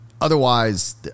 Otherwise